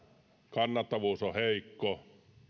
kannattavuus on heikko